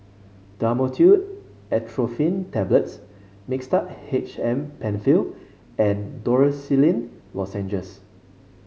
Dhamotil Atropine Tablets Mixtard H M Penfill and Dorithricin Lozenges